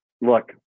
Look